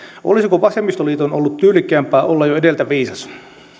olisiko vasemmistoliiton ollut tyylikkäämpää olla jo edeltä viisas